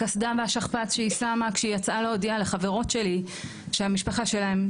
הקסדה והשכפ"צ שהיא שמה כשהיא יצאה להודיע לחברות שלי שהמשפחה שלהם,